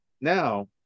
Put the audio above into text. now